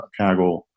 Kaggle